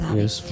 Yes